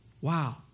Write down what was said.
Wow